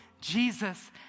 Jesus